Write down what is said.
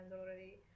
already